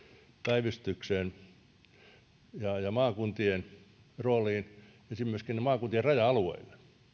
päivystykseen ja ja maakuntien rooliin ja myöskin sinne maakuntien raja alueille